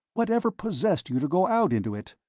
whatever possessed you to go out into it?